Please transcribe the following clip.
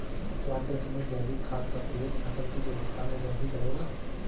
क्या कृषि में जैविक खाद का प्रयोग फसल की गुणवत्ता में वृद्धि करेगा?